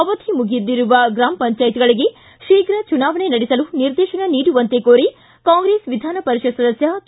ಅವಧಿ ಮುಗಿದಿರುವ ಗ್ರಾಮ ಪಂಚಾಯತ್ಗಳಿಗೆ ಶೀಪ್ರ ಚುನಾವಣೆ ನಡೆಸಲು ನಿರ್ದೇತನ ನೀಡುವಂತೆ ಕೋರಿ ಕಾಂಗ್ರೆಸ್ ವಿಧಾನ ಪರಿಷತ್ ಸದಸ್ಯ ಕೆ